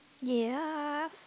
ya